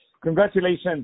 Congratulations